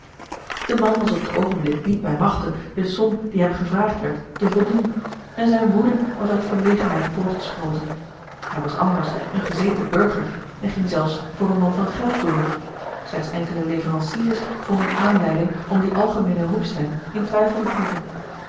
de man was op het oogenblik niet bij magte de som die hem gevraagd werd te voldoen en zijne woede was uit verlegenheid voortgesproten hij was anders een gezeten burger en ging zelfs voor een man van geld door slechts enkele leveranciers vonden aanleiding om die algemeene roepstem in twijfel te trekken